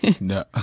No